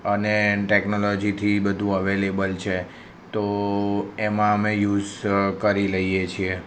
અને ટેક્નોલોજીથી બધું અવેલેબલ છે તો એમાં અમે યુઝ કરી લઈએ છે